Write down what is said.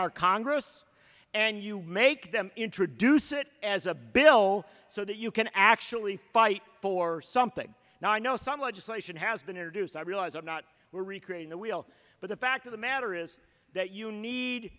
our congress and you make them introduce it as a bill so that you can actually fight for something now i know some legislation has been introduced i realize or not we're recreating the wheel but the fact of the matter is that you need